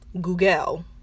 Google